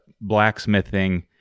blacksmithing